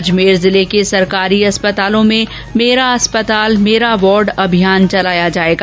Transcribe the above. अजमेर जिले के सरकारी अस्पतालों में मेरा अस्पताल मेरा वार्ड अभियान चलाया जाएगा